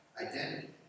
identity